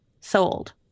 sold